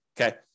okay